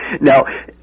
Now